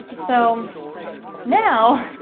so now